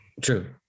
True